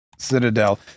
Citadel